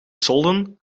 solden